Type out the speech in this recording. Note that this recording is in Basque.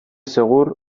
segur